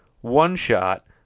one-shot